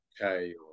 okay